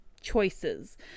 choices